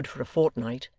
and good for a fortnight,